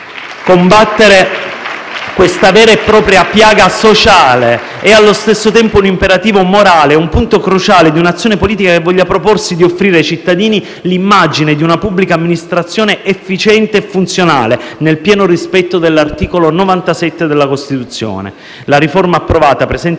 Combattere questa vera e propria piaga sociale è allo stesso tempo un imperativo morale e un punto cruciale di un'azione politica che voglia proporsi di offrire ai cittadini l'immagine di una pubblica amministrazione efficiente e funzionale, nel pieno rispetto dell'articolo 97 della Costituzione. La riforma approvata presenta